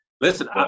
Listen